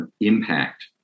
impact